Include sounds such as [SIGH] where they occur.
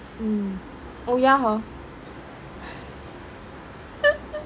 mm oh yeah hor [LAUGHS]